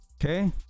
okay